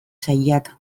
sailak